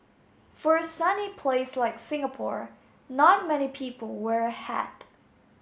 for a sunny place like Singapore not many people wear a hat